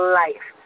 life